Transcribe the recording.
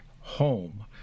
home